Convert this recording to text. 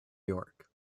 york